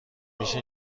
میشه